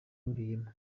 bahuriyemo